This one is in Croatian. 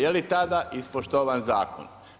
Je li tada ispoštovana zakon?